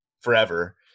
forever